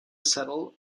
settle